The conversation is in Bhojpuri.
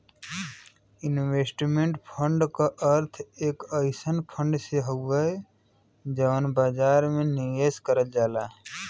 इन्वेस्टमेंट फण्ड क अर्थ एक अइसन फण्ड से हउवे जौन बाजार में निवेश करल जाला